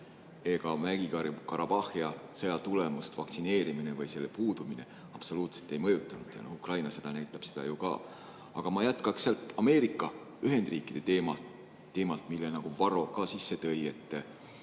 ega Mägi-Karabahhi sõja tulemust vaktsineerimine või selle puudumine absoluutselt ei mõjutanud. Ukraina sõda näitab seda ju ka. Aga ma jätkan Ameerika Ühendriikide teemal, mille Varro ka sisse tõi.